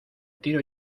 tiro